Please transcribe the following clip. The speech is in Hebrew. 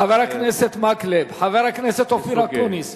חבר הכנסת מקלב, חבר הכנסת אופיר אקוניס,